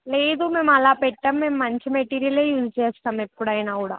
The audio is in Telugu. లేదు మేము అలా పెట్టము మేము మంచి మెటీరియలే యూజ్ చేస్తాం ఎప్పుడైనా కూడా